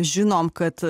žinom kad